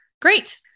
Great